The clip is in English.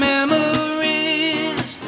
Memories